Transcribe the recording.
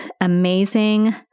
amazing